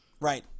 Right